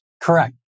correct